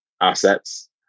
assets